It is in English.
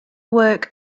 work